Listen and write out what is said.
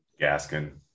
gaskin